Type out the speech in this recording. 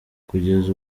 kugeza